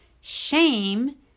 Shame